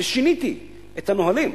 ושיניתי את הנהלים.